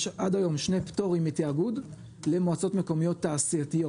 עד היום יש שני פטורים לתיאגוד למועצות מקומיות תעשייתיות.